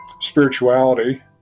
spirituality